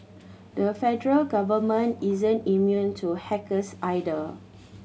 the federal government isn't immune to hackers either